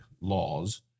laws